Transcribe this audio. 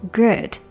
good